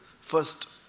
First